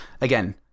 again